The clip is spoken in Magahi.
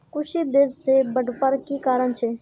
कुशी देर से बढ़वार की कारण छे?